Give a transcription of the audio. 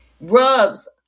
rubs